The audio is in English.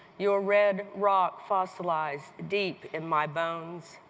your red wrought fossilized deep in my bones.